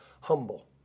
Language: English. humble